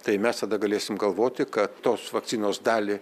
tai mes tada galėsim galvoti kad tos vakcinos dalį